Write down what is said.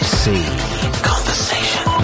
conversation